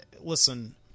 Listen